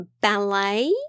ballet